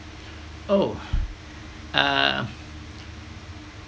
oh um